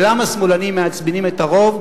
או למה שמאלנים מעצבנים את הרוב,